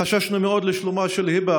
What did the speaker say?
חששנו מאוד לשלומה של היבא,